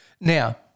Now